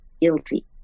guilty